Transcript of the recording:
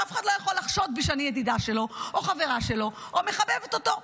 שאף אחד לא יכול לחשוד בי שאני ידידה שלו או חברה שלו או מחבבת אותו,